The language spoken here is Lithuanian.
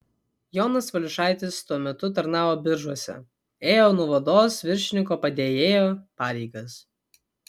jonas valiušaitis tuo metu tarnavo biržuose ėjo nuovados viršininko padėjėjo pareigas